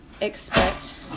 expect